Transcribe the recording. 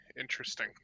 interesting